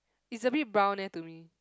it's a bit brown leh to me